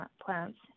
plants